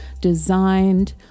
designed